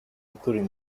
including